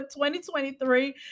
2023